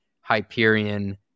Hyperion